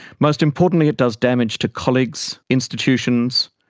most importantly, it does damage to colleagues, institutions,